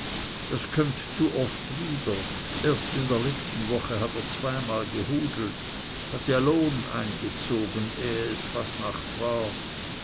das kömmt zu oft wieder erst in der letzten woche hat er zweimal gehudelt hat ja lohn eingezogen ehe es fasnacht war